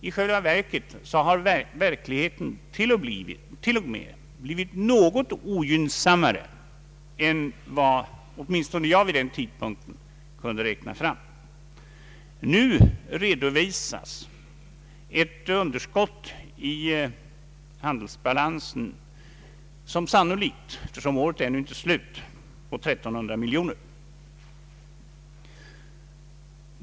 I själva verket har verkligheten till och med blivit något ogynnsammare än vad åtminstone jag vid den tidpunkten kunde räkna fram. Nu redovisas ett underskott i handelsbalansen, vilket sannolikt — året är ju ännu ej slut — kommer att uppgå till 1300 miljoner kronor.